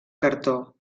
cartó